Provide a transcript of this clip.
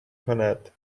کند